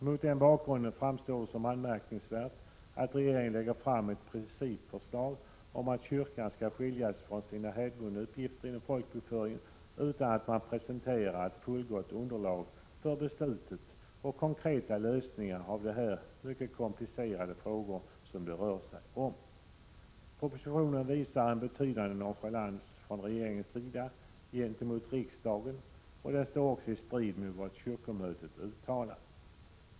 Mot denna bakgrund framstår det som anmärkningsvärt att regeringen lägger fram ett principförslag om att kyrkan skall skiljas från sina hävdvunna uppgifter inom folkbokföringen, utan att man presenterar ett fullgott underlag för beslutet och konkreta lösningar av de mycket komplicerade frågor som det här rör sig om. Propositionen är ett bevis för en betydande nonchalans från regeringens sida gentemot riksdagen, och den står också i strid mot vad kyrkomötet uttalat.